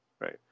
Right